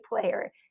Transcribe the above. player